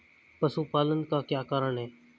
पशुपालन का क्या कारण है?